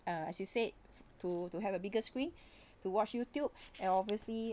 uh as you said to to have a bigger screen to watch youtube and obviously